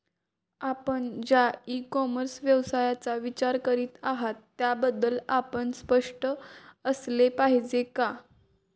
आपण ज्या e commerce व्यवसायाचा विचार करीत आहात त्याबद्दल आपण स्पष्ट असले पाहिजे का?